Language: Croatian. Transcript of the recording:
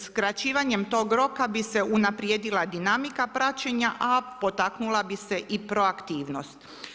Skraćivanjem tog roka, bi se unaprijedila dinamika praćenja, a potaknula bi se i proaktivnost.